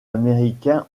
américain